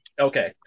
Okay